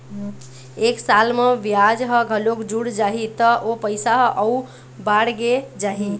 एक साल म बियाज ह घलोक जुड़ जाही त ओ पइसा ह अउ बाड़गे जाही